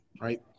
right